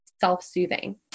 self-soothing